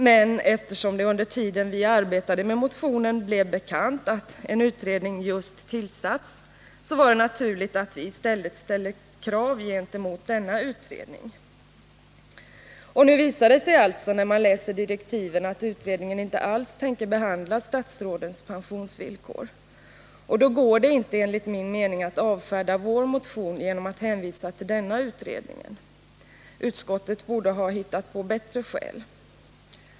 men eftersom det under tiden vi arbetade med motionen blev bekant att en utredning just tillsatts var det naturligt att vi i stället ställde krav gentemot denna utredning. Nu visar det sig, när man läser direktiven, att utredningen inte alls tänker behandla statsrådens pensionsvillkor. Då går det inte enligt min mening att avfärda vår motion genom att hänvisa till denna utredning. Utskottet borde ha hittat på bättre skäl.